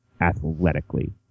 athletically